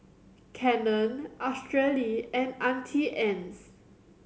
Canon Australi and Auntie Anne's